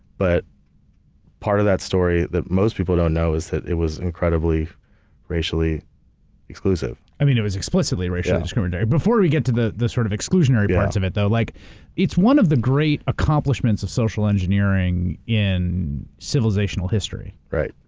but part of that story that most people don't know is that it was incredibly racially exclusive. i mean it was explicitly racially discriminatory. before we get to the the sort of exclusionary parts of um it though, like it's one of the great accomplishments of social engineering in civilizational history. right.